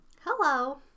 Hello